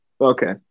okay